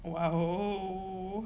oh